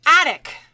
Attic